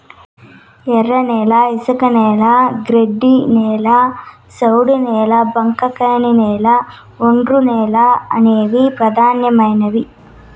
ఎర్రనేల, ఇసుకనేల, ర్యాగిడి నేల, సౌడు నేల, బంకకనేల, ఒండ్రునేల అనేవి పెదానమైనవి